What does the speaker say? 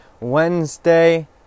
Wednesday